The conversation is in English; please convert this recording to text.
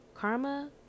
Karma